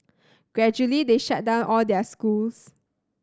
gradually they shut down all their schools